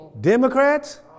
Democrats